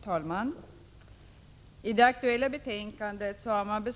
Herr talman! I det aktuella betänkandet har man